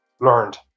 learned